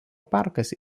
parkas